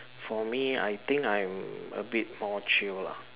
for me I think I'm a bit more chill lah